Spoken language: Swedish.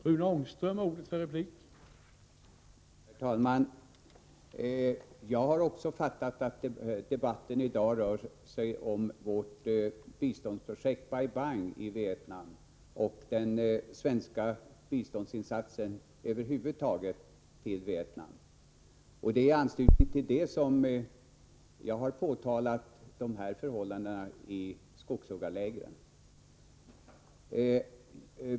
Herr talman! Jag har också fattat att debatten i dag rör sig om vårt biståndsprojekt Bai Bang i Vietnam och den svenska biståndsinsatsen över huvud taget till Vietnam. Det är i anslutning till detta som jag har påtalat förhållandena i skogshuggarlägren.